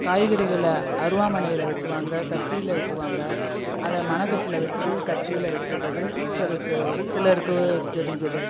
காய்கறிகளை அருவாமனையில் வெட்டுவாங்க கத்தியில் வெட்டுவாங்க அதை மனக்கட்டில் வச்சு கத்தியில் வெட்டுறது சிலருக்கு சிலருக்கு தெரிஞ்சது